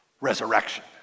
resurrection